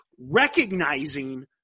recognizing